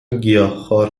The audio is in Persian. گیاهخوار